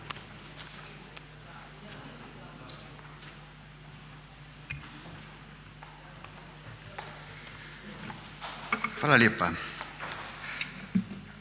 Hvala lijepa.